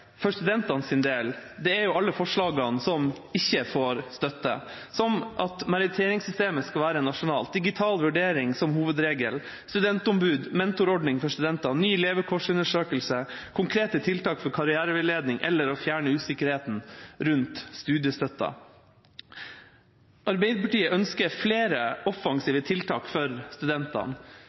for studentenes del er alle forslagene som ikke får støtte – som at meritteringssystemet skal være nasjonalt, digital vurdering som hovedregel, studentombud, mentorordning for studentene, ny levekårsundersøkelse, konkrete tiltak for karriereveiledning eller å fjerne usikkerheten rundt studiestøtten. Arbeiderpartiet ønsker flere offensive tiltak for studentene.